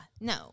no